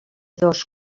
dos